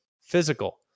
physical